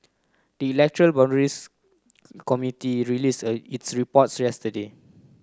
the electoral boundaries committee released its report yesterday